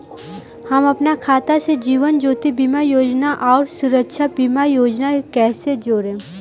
हम अपना खाता से जीवन ज्योति बीमा योजना आउर सुरक्षा बीमा योजना के कैसे जोड़म?